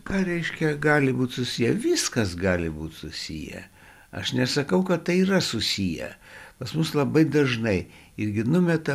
ką reiškia gali būt susiję viskas gali būt susiję aš nesakau kad tai yra susiję pas mus labai dažnai irgi numeta